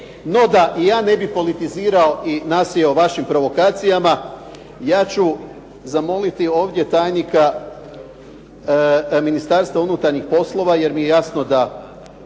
No da i ja ne bi politizirao i nasjeo vašim provokacijama, ja ću zamoliti ovdje tajnika Ministarstva unutarnjih poslova jer mi je jasno da